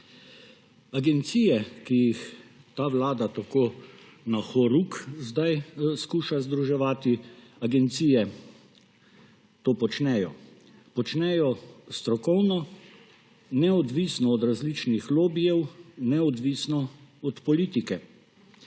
Agencije, ki jih ta vlada tako na horuk zdaj skuša združevati, agencije to počnejo! Počnejo strokovno, neodvisno od različnih lobijev, neodvisno od politike.